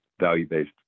value-based